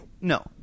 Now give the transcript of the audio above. No